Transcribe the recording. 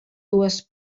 dues